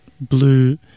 blue